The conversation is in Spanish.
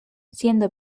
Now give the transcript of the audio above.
siendo